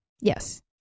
yes